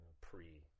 Pre